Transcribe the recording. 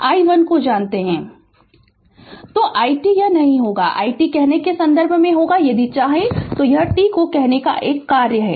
Refer Slide Time 1210 तो i t यह नहीं होगा i t कहने के संदर्भ में होगा यदि चाहें तो यह t को कहने का एक कार्य है